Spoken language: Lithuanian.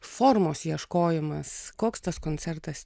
formos ieškojimas koks tas koncertas